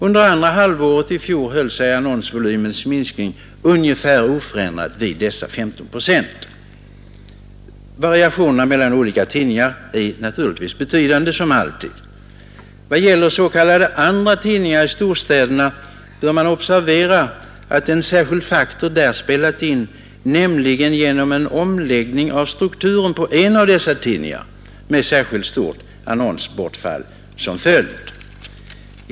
Under andra halvåret i fjol höll sig annonsvolymens minskning oförändrad vid ungefär 14—15 procent. Variationerna mellan olika tidningar är naturligtvis betydande, som alltid. Vad gäller s.k. andratidningar i storstäderna bör man observera att en särskild faktor där spelat in, nämligen en omläggning av strukturen på en av dessa tidningar med särskilt stort annonsbortfall som följd.